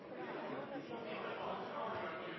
at en skal